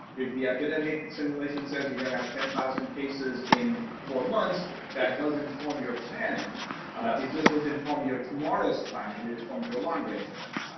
if the epidemic simulation says you're gonna have ten thousand cases in four months, that does inform your planning, it just does inform your tomorrow's planning, it informs your long range planning.